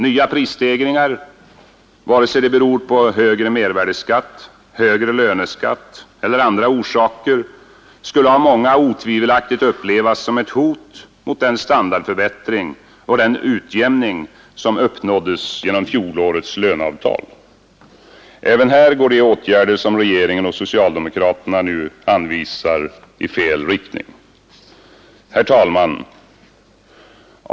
Nya prisstegringar, vare sig de beror på högre mervärdeskatt, högre löneskatt eller andra förhållanden skulle av många otvivelaktigt upplevas som ett hot mot den standardförbättring och den utjämning som uppnåddes genom fjolårets löneavtal. Även här går de åtgärder som regeringen och socialdemokraterna nu anvisar i fel riktning. Herr talman!